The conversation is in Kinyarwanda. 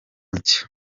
nshya